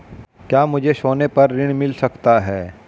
क्या मुझे सोने पर ऋण मिल सकता है?